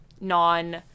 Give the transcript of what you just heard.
non